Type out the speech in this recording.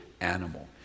animal